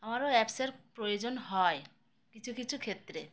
আমারও অ্যাপসের প্রয়োজন হয় কিছু কিছু ক্ষেত্রে